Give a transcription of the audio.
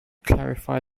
clarify